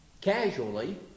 casually